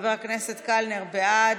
חבר הכנסת קלנר, בעד,